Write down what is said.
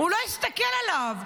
הוא לא הסתכל עליו,